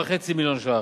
ל-7.5 מיליון ש"ח,